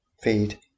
feed